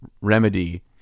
remedy